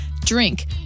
drink